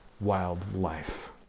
wildlife